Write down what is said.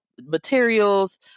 materials